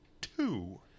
two